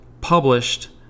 published